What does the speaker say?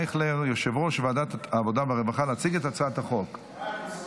נעבור לנושא הבא על סדר-היום: הצעת חוק הביטוח הלאומי (תיקון מס' 246,